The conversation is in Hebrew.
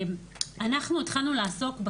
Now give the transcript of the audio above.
אנחנו התחלנו לעסוק,